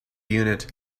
unit